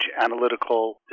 analytical